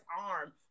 arm